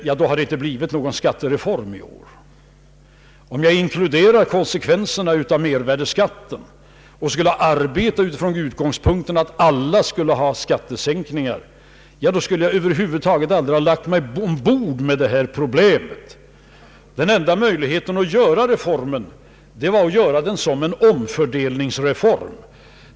Men då hade det inte blivit någon skattereform i år. Om jag inkluderade konsekvenserna av mervärdeskatten och arbetade från utgångspunkten att alla skulle ha skattesänkningar, skulle jag över huvud taget aldrig ha gått i land med detta problem. Den enda möjligheten att genomföra reformen var att göra den såsom en omfördelningsreform.